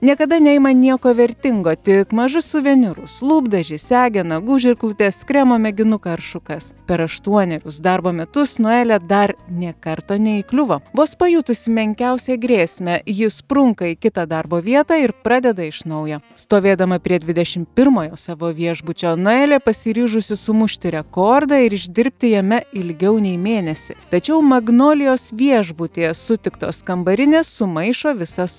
niekada neima nieko vertingo tik mažus suvenyrus lūpdažiai segę nagų žirklutes kremo mėginuką ar šukas per aštuonerius darbo metus nuelė dar nė karto neįkliuvo vos pajutusi menkiausią grėsmę ji sprunka į kitą darbo vietą ir pradeda iš naujo stovėdama prie dvidešimt pirmojo savo viešbučio nuelė pasiryžusi sumušti rekordą ir išdirbti jame ilgiau nei mėnesį tačiau magnolijos viešbutyje sutiktos kambarinės sumaišo visas